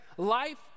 Life